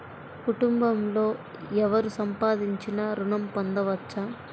కుటుంబంలో ఎవరు సంపాదించినా ఋణం పొందవచ్చా?